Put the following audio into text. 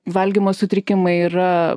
valgymo sutrikimai yra